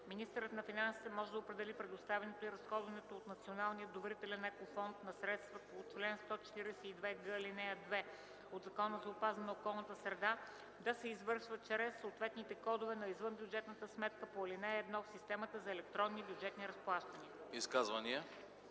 Министърът на финансите може да определи предоставянето и разходването от Националния доверителен екофонд на средствата по чл. 142г, ал. 2 от Закона за опазване на околната среда да се извършва чрез съответните кодове на извънбюджетната сметка по ал. 1 в системата за електронни бюджетни разплащания.”